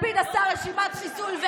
לפיד עשה רשימת חיסול.